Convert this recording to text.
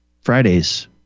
Friday's